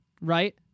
right